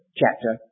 chapter